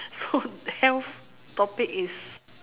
so the health topic is